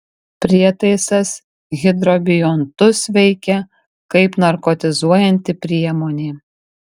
prietaisas hidrobiontus veikia kaip narkotizuojanti priemonė